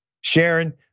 Sharon